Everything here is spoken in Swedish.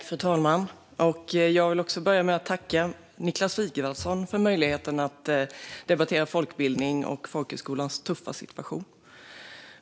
Fru talman! Jag vill också börja med att tacka Niklas Sigvardsson för möjligheten att debattera folkbildning och folkhögskolans tuffa situation.